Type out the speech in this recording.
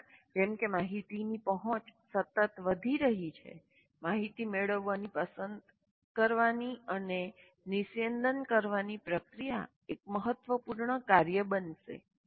ઉપરાંત જેમ કે માહિતીની પહોંચ સતત વધી રહી છે માહિતી મેળાવવાની પસંદ કરવાની અને નિસ્યંદન કરવાની પ્રક્રિયા એક મહત્વપૂર્ણ કાર્ય બનશે